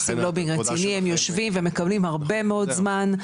הם יושבים ומקבלים הרבה מאוד זמן,